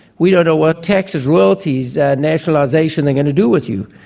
we don't know what taxes, royalties, nationalisation they're going to do with you.